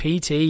PT